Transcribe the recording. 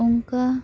ᱚᱱᱠᱟ